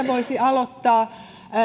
voisi aloittaa